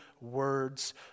words